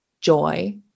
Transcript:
joy